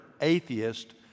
atheist